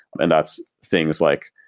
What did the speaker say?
and that's things like,